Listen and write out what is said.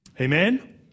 Amen